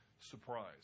surprise